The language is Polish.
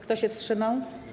Kto się wstrzymał?